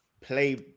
play